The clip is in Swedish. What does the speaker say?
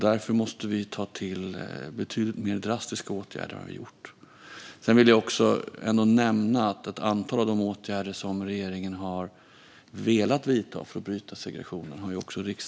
Därför måste vi ta till betydligt mer drastiska åtgärder än vad vi har gjort. Jag vill ändå nämna att riksdagen har röstat nej till ett antal av de åtgärder som regeringen har velat vidta för att bryta segregationen.